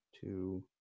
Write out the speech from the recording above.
two